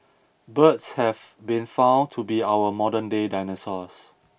birds have been found to be our modernday dinosaurs